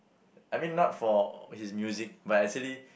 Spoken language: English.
I mean not for his music but actually